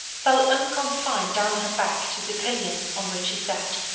fell unconfined down her back to the pillion on which she sat.